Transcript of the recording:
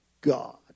God